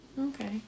Okay